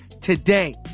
today